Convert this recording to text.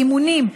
באימונים,